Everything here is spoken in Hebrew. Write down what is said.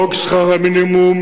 חוק שכר מינימום,